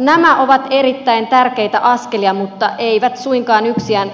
nämä ovat erittäin tärkeitä askelia mutta eivät suinkaan